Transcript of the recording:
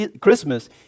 Christmas